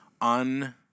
on